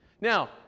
Now